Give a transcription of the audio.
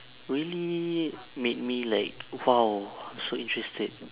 really made me like !wow! I'm so interested